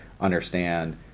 understand